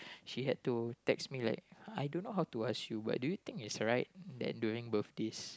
she had to text me like I don't know how to ask you but do you think it's right that during birthdays